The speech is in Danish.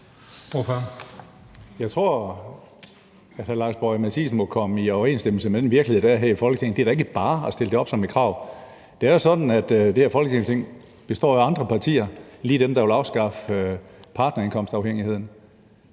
Jeg tror, at hr. Lars Boje Mathiesen må komme i overensstemmelse med den virkelighed, der er her i Folketinget. Det er da ikke bare at stille det som et krav. Det er jo sådan, at det her Folketing består af andre partier end lige dem, der vil afskaffe partnerindkomstafhængigheden.